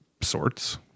sorts